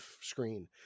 screen